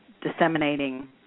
disseminating